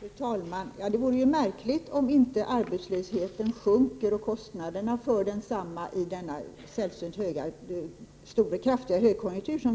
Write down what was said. Fru talman! Det vore märkligt om inte arbetslösheten och kostnaderna för densamma sjunker i denna sällsynt kraftiga högkonjunktur. Jag